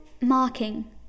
marking